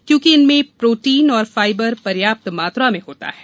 क्योंकि इनमें प्रोटीन और फाइवर पर्याप्त मात्रा में होता है